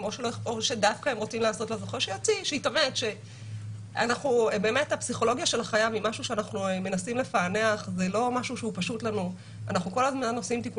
אנחנו נוהגים היום בהנחיות שלנו לבעלי